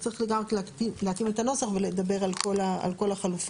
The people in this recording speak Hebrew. להתאים את הנוסח ולדבר על כל החלופות.